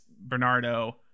Bernardo